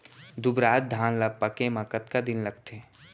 दुबराज धान ला पके मा कतका दिन लगथे?